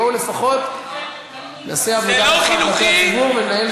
לפחות נעשה עבודה יפה כלפי הציבור וננהל דיאלוג מכובד.